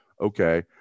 Okay